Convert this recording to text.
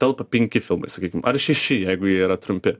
telpa penki filmai sakykim ar šeši jeigu jie yra trumpi